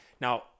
Now